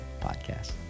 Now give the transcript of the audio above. podcast